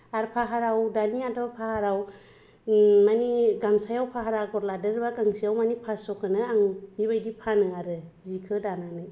आरो पाहाराव दानियाथ' पाहाराव माने गामसायाव पाहार आगर लादेरबा दोंसेयाव माने फास्स'खोनो आं बिबायदि फानो आरो जिखौ दानानै